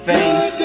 Face